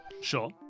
Sure